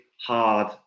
hard